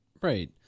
right